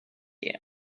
you